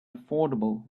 affordable